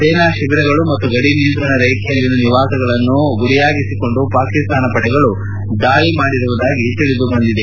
ಸೇನಾ ಶಿಬಿರಗಳು ಮತ್ತು ಗಡಿ ನಿಯಂತ್ರಣ ರೇಖೆಯಲ್ಲಿನ ನಿವಾಸಗಳನ್ನು ಗುರಿಯಾಗಿರಿಸಿಕೊಂಡು ಪಾಕಿಸ್ತಾನದ ಪಡೆಗಳು ದಾಳಿ ಮಾಡಿರುವುದಾಗಿ ತಿಳಿದು ಬಂದಿದೆ